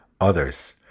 others